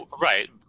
right